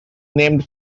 named